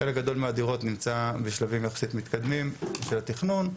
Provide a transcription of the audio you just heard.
חלק גדול מהדירות נמצא בשלבים יחסית מתקדמים של התכנון,